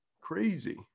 Crazy